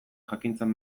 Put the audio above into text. jakintzen